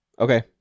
Okay